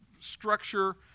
structure